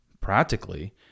Practically